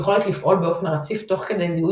יכולת לפעול באופן רציף תוך כדי זיהוי